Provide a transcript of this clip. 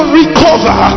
recover